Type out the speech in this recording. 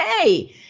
hey